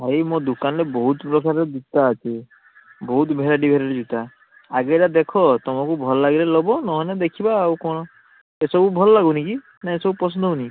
ଭାଇ ମୋ ଦୁକାନରେ ବହୁତ ପ୍ରକାରର ଜୁତା ଅଛି ବହୁତ ଭେରାଇଟି ଭେରାଇଟି ଜୁତା ଆଗେରେ ଦେଖ ତୁମକୁ ଭଲ ଲାଗିଲେ ଲବ ନହେନେ ଦେଖିବା ଆଉ କ'ଣ ଏସବୁ ଭଲ ଲାଗୁନି କି ନା ଏସବୁ ପସନ୍ଦ ହଉନି